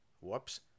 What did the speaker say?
Whoops